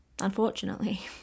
unfortunately